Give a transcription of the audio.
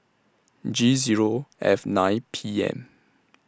G Zero F nine P M